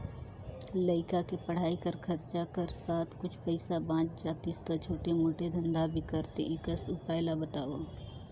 लइका के पढ़ाई कर खरचा कर साथ कुछ पईसा बाच जातिस तो छोटे मोटे धंधा भी करते एकस उपाय ला बताव?